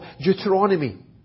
Deuteronomy